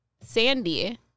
Sandy